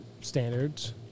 standards